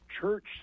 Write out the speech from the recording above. church